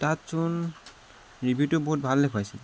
তাতচোন ৰিভিউটো বহুত ভাল দেখুৱাইছিল